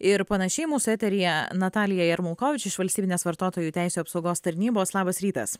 ir panašiai mūsų eteryje natalija jarmokavič iš valstybinės vartotojų teisių apsaugos tarnybos labas rytas